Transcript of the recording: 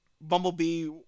Bumblebee